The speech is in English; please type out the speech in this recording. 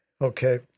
Okay